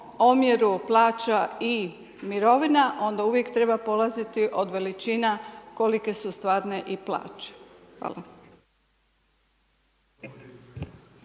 omjeru plaća i mirovina, onda uvijek treba polaziti od veličina kolike su stvarne i plaće. Hvala.